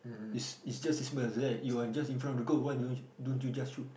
is is just this right you are just in front of the goal why don't you don't you just shoot